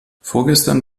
vorgestern